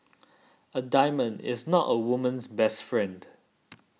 a diamond is not a woman's best friend